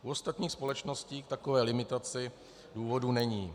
U ostatních společností k takové limitaci důvodů není.